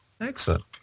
Excellent